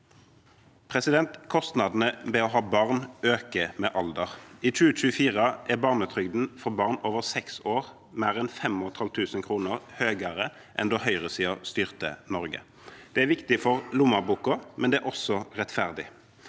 må vente. Kostnadene ved å ha barn øker med alder. I 2024 er barnetrygden for barn over seks år mer enn 5 500 kr høyere enn da høyresiden styrte Norge. Det er viktig for lommeboka, og det er også rettferdig.